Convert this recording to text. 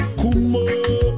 kumo